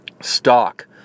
stock